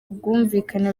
bwumvikane